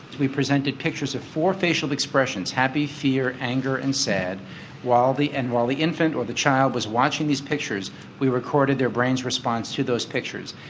we presented pictures of four facial expressions happy, fear, anger and sad while the and while the infant or the child was watching these pictures we recorded their brain's response to those pictures.